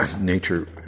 nature